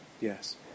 yes